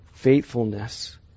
faithfulness